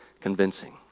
convincing